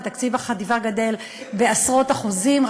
ותקציב החטיבה גדל בעשרות אחוזים.